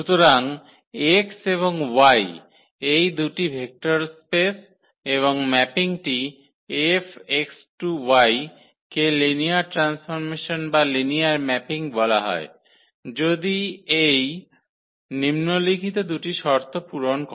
সুতরাং X এবং Y এই দুটি ভেক্টর স্পেস এবং ম্যাপিংটি F X → Y কে লিনিয়ার ট্রান্সফর্মেশন বা লিনিয়ার ম্যাপিং বলা হয় যদি এটি নিম্নলিখিত দুটি শর্ত পূরণ করে